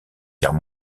guerre